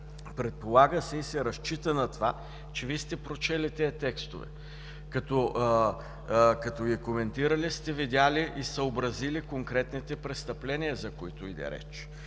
Предполага се и се разчита на това, че Вие сте прочели тези текстове. Като ги коментирахте, сте видели и съобразили конкретните престъпления, за които иде реч,